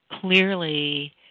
clearly